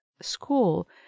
school